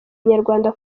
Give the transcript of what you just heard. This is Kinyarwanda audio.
inyarwanda